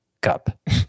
cup